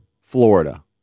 Florida